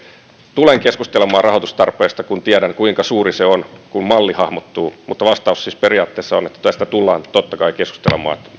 tulen keskustelemaan rahoitustarpeesta kun tiedän kuinka suuri se on kun malli hahmottuu mutta vastaus siis periaatteessa on että tästä tullaan totta kai keskustelemaan